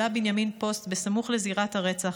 העלה בנימין פוסט סמוך לזירת הרצח.